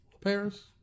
Paris